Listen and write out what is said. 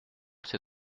ces